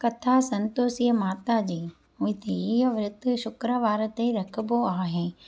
कथा संतोषी माता जी हिते हीअं विर्तु शुक्रवार ते रखबो आहे